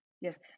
Yes